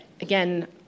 again